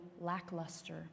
lackluster